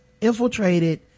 infiltrated